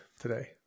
today